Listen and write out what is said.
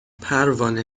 پروانه